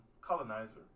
colonizer